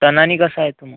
टनानी कसा आहे तो मग